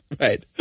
Right